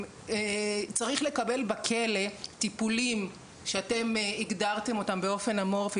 "צריך לקבל בכלא טיפולים שאתם הגדרתם אותם באופן אמורפי",